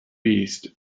beast